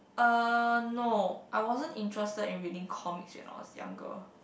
uh no I wasn't interested in reading comics when I was younger